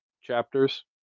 chapters